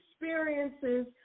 experiences